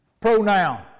Pronoun